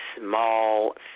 small